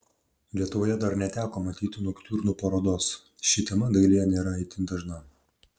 lietuvoje dar neteko matyti noktiurnų parodos ši tema dailėje nėra itin dažna